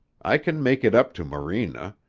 i can make it up to morena.